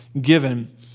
given